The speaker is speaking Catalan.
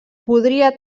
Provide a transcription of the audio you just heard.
podria